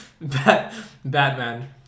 Batman